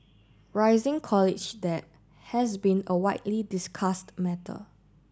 rising college debt has been a widely discussed matter